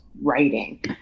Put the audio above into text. writing